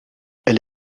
elle